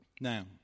Now